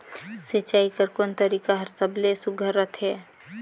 सिंचाई कर कोन तरीका हर सबले सुघ्घर रथे?